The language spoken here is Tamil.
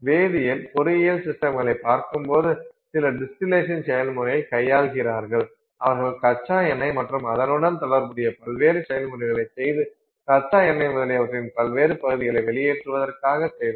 வேதியியல் பொறியியல் சிஸ்டம்களைப் பார்க்கும்போது சில டிஸ்டிலேசன் செயல்முறையை கையாள்கிறார்கள் அவர்கள் கச்சா எண்ணெய் மற்றும் அதனுடன் தொடர்புடைய பல்வேறு செயல்முறைகளைச் செய்து கச்சா எண்ணெய் முதலியவற்றின் பல்வேறு பகுதிகளை வெளியேற்றுவதற்காக செய்தனர்